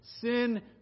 sin